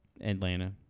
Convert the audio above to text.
Atlanta